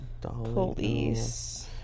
Police